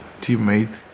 teammate